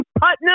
Putnam